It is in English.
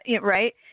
right